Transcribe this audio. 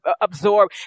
absorb